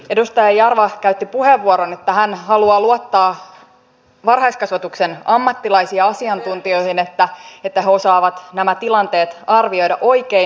edustaja jarva käytti puheenvuoron että hän haluaa luottaa varhaiskasvatuksen ammattilaisiin ja asiantuntijoihin että he osaavat nämä tilanteet arvioida oikein